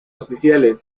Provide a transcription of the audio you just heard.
oficiales